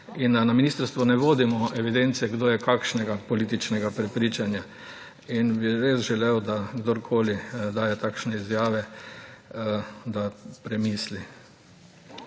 in na ministrstvu ne vodimo evidence, kdo je kakšnega političnega prepričanja in bi res želel, da kdorkoli daje takšne izjave, da premisli.